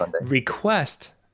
request